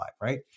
right